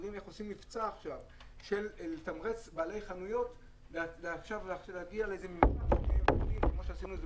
עושים מבצע עכשיו לתמרץ בעלי חנויות להגיע --- כמו שעשינו את זה